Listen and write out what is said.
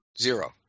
Zero